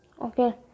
okay